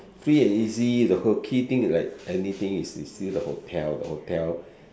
free and easy the whole key thing is like anything is to see the hotel the hotel